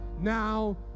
now